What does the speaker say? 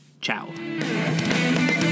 ciao